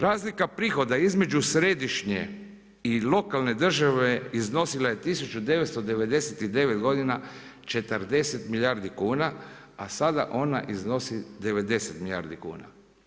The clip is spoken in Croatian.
Razlika prihoda između središnje i lokalne države iznosila je 1999. godina 40 milijardi kuna, a sada ona iznosi 90 milijardi kuna.